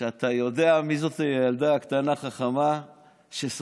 שאתה יודע מי זאת הילדה הקטנה והחכמה ששוחחה,